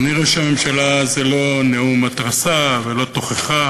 אדוני ראש הממשלה, זה לא נאום התרסה, ולא תוכחה,